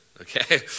okay